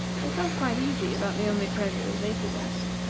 they felt quite easy about the only treasures they possessed,